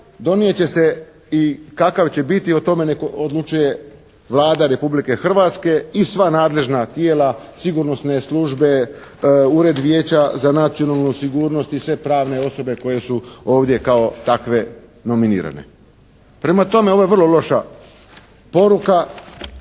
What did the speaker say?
donijet će se i kakav će biti o tome nek odlučuje Vlada Republike Hrvatske i sva nadležna tijela, sigurnosne službe, Ured vijeća za nacionalnu sigurnost i sve pravne osobe koje su ovdje kao takve nominirane. Prema tome, ovo je vrlo loša poruka